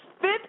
fifth